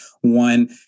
one